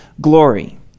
glory